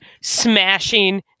smashing